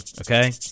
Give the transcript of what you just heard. okay